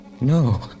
no